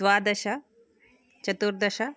द्वादश चतुर्दश